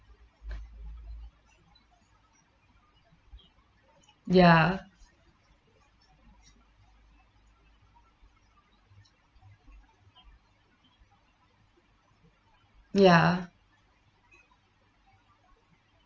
ya ya